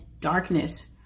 darkness